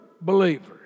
believers